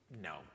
No